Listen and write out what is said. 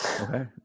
okay